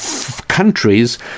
countries